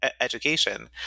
education